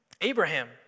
Abraham